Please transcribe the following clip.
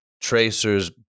tracers